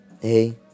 hey